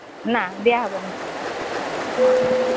ନା ଦିଆ ହେବନି ହଉ